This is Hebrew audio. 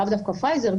לאו דווקא פייזר,